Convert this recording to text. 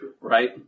right